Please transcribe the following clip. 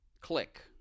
click